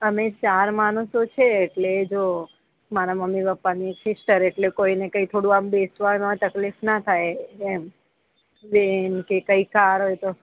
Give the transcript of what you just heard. અમે ચાર માણસો છે એટલે જો મારા મમ્મી પપ્પા ને એક સિસ્ટર એટલે કોઈ ને કંઈ થોડું આમ બેસવામાં તકલીફ ના થાય એમ વેન કે કંઈ કાર હોય તો